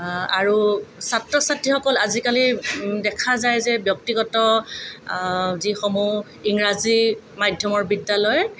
আৰু ছাত্ৰ ছাত্ৰীসকল আজিকালি দেখা যায় যে ব্যক্তিগত যিসমূহ ইংৰাজী মাধ্যমৰ বিদ্যালয়